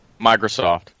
Microsoft